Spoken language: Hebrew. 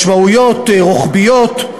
משמעויות רוחביות,